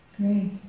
Great